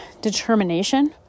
determination